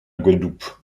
guadeloupe